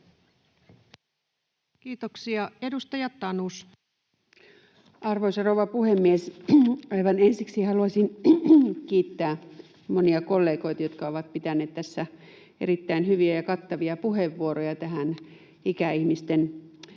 Kiitoksia. — Edustaja Tanus. Arvoisa rouva puhemies! Aivan ensiksi haluaisin kiittää monia kollegoita, jotka ovat pitäneet tässä erittäin hyviä ja kattavia puheenvuoroja ikäihmisten hoitoon